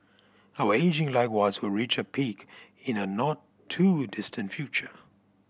our ageing likewise will reach a peak in a not too distant future